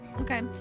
Okay